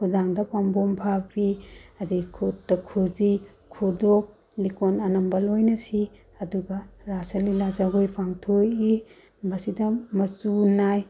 ꯈꯨꯗꯥꯡꯗ ꯄꯥꯝꯕꯣꯝ ꯐꯥꯕꯤ ꯑꯗꯩ ꯈꯨꯠꯇ ꯈꯨꯖꯤ ꯈꯨꯗꯣꯞ ꯂꯤꯛꯀꯣꯟ ꯑꯅꯝꯕ ꯂꯣꯏꯅ ꯁꯤ ꯑꯗꯨꯒ ꯔꯥꯁ ꯂꯤꯂꯥ ꯖꯒꯣꯏ ꯄꯥꯡꯊꯣꯛꯏ ꯃꯁꯤꯗ ꯃꯆꯨ ꯅꯥꯏ